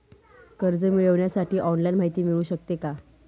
कर्ज मिळविण्यासाठी ऑनलाईन माहिती मिळू शकते का?